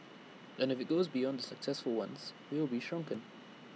and if IT goes beyond the successful ones we'll be shrunken